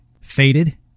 Faded